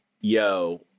yo